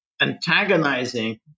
Antagonizing